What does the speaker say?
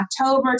October